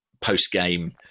post-game